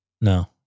No